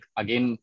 again